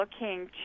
looking